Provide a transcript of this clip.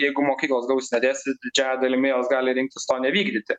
jeigu mokyklos gaus nedėstyt didžiąja dalimi jos gali rinktis to nevykdyti